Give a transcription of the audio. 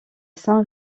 saint